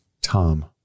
Tom